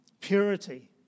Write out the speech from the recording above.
purity